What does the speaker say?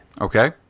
Okay